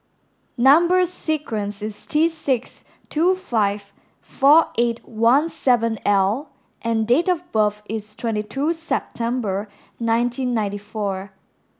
number sequence is T six two five four eight one seven L and date of birth is twenty two September nineteen ninety four